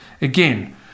again